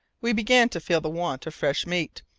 we began to feel the want of fresh meat,